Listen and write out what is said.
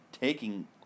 taking